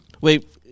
Wait